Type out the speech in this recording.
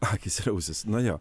akys ir ausys na jo